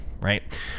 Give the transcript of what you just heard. right